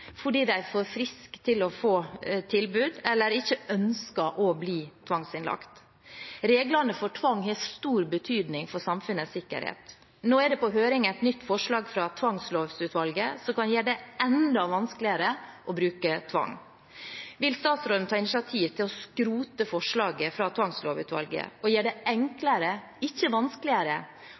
fordi de er for friske til å få et tilbud eller ikke ønsker å bli tvangsinnlagt. Reglene for tvang har stor betydning for samfunnets sikkerhet. Nå er det på høring et nytt forslag fra tvangslovutvalget, og dette kan gjøre det enda vanskeligere å bruke tvang. Vil statsråden ta initiativ til å skrote forslaget fra tvangslovutvalget og gjøre det enklere, ikke vanskeligere,